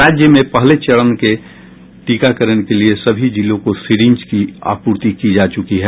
राज्य में पहले चरण के टीकाकरण के लिये सभी जिलों को सीरिंज की आपूर्ति की जा चुकी है